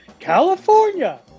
California